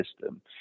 system